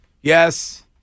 Yes